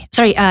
Sorry